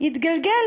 / התגלגל